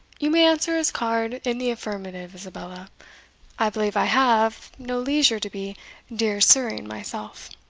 you may answer his card in the affirmative, isabella i believe i have, no leisure to be dear sirring myself.